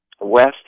west